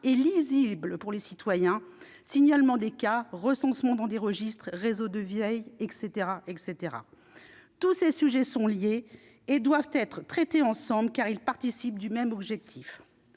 et compréhensibles pour les citoyens, signalement des cas, recensement dans des registres, réseaux de veille, entre autres. Tous ces sujets sont liés et doivent être traités ensemble, car ils concourent au même objectif.